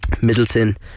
middleton